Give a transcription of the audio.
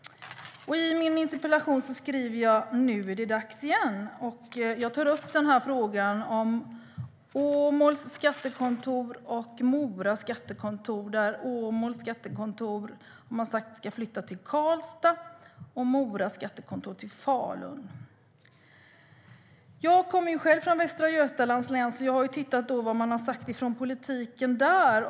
I min interpellation skriver jag: "Nu är det dags igen." Jag tar upp frågan om lokalkontoren i Åmål och Mora. Åmåls skattekontor har man sagt ska flytta till Karlstad och Mora skattekontor till Falun. Jag kommer själv från Västra Götalands län, så jag har tittat på vad man har sagt från politiken där.